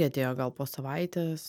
atėjo gal po savaitės